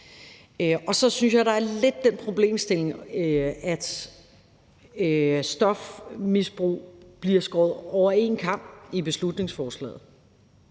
Så synes jeg, at der lidt er den problemstilling, at stofmisbrug bliver skåret over en kam i beslutningsforslaget